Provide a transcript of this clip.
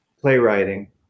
playwriting